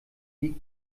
liegt